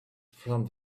from